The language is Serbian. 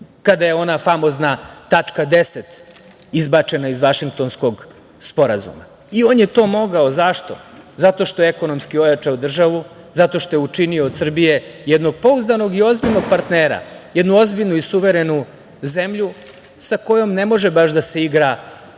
kada je ona famozna tačka 10. izbačena iz Vašingtonskog sporazuma. On je to mogao. Zašto? Zato što je ekonomski ojačao državu, zato što je učinio od Srbije jednog pouzdanog i ozbiljnog partnera, jednu ozbiljnu i suverenu zemlju sa kojom ne može baš da se igra kako